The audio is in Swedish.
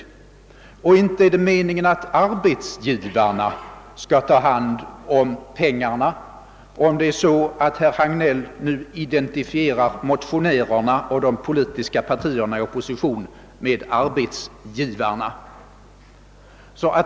Och inte är det meningen att arbetsgivarna skall ta hand om pengarna, om nu herr Hagnell identifierar motionärerna och de politiska oppositionspartierna med arbetsgivarna.